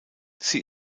sie